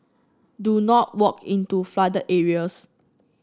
do not walk into flooded areas